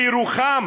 בירוחם,